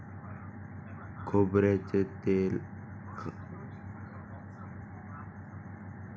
खोबऱ्याचे तेल ओल्या किंवा कोरड्या प्रक्रियेद्वारे काढले जाऊ शकते